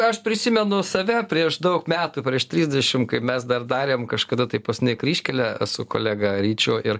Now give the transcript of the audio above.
aš prisimenu save prieš daug metų prieš trisdešim kai mes dar darėm kažkada tai pas kryžkelę su kolega ryčiu ir